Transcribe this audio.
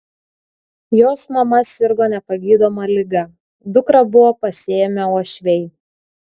jos mama sirgo nepagydoma liga dukrą buvo pasiėmę uošviai